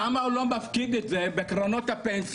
למה הוא לא מפקיד את זה בקרנות הפנסיה,